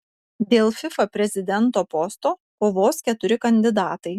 dėl fifa prezidento posto kovos keturi kandidatai